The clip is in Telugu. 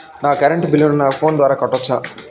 నా కరెంటు బిల్లును నా ఫోను ద్వారా కట్టొచ్చా?